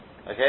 Okay